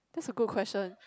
that's a good question